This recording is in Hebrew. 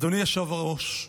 אדוני היושב-ראש.